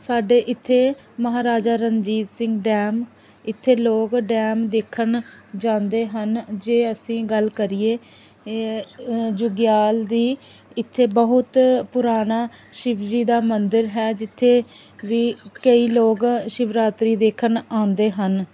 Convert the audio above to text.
ਸਾਡੇ ਇੱਥੇ ਮਹਾਰਾਜਾ ਰਣਜੀਤ ਸਿੰਘ ਡੈਮ ਇੱਥੇ ਲੋਕ ਡੈਮ ਦੇਖਣ ਜਾਂਦੇ ਹਨ ਜੇ ਅਸੀਂ ਗੱਲ ਕਰੀਏ ਜੁਗਿਆਲ ਦੀ ਇੱਥੇ ਬਹੁਤ ਪੁਰਾਣਾ ਸ਼ਿਵਜੀ ਦਾ ਮੰਦਰ ਹੈ ਜਿੱਥੇ ਵੀ ਕਈ ਲੋਕ ਸ਼ਿਵਰਾਤਰੀ ਦੇਖਣ ਆਉਂਦੇ ਹਨ